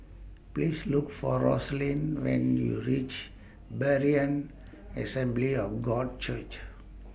Please Look For Roslyn when YOU REACH Berean Assembly of God Church